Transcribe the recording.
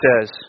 says